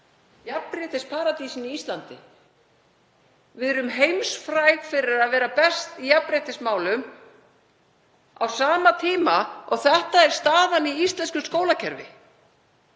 jafnréttisparadísinni Íslandi. Við erum heimsfræg fyrir að vera best í jafnréttismálum á sama tíma og þetta er staðan í íslensku skólakerfi.